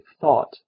thought